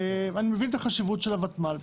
אני מבין את החשיבות של הוותמ"ל,